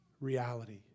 reality